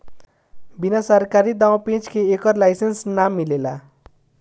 बिना सरकारी दाँव पेंच के एकर लाइसेंस ना मिलेला